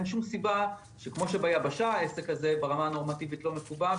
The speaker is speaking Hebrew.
כמו שביבשה העסק הזה ברמה הנורמטיבית לא מקובע,